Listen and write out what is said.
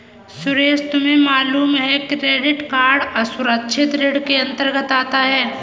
सुरेश तुम्हें मालूम है क्रेडिट कार्ड असुरक्षित ऋण के अंतर्गत आता है